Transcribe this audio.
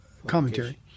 Commentary